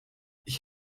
ich